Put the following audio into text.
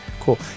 cool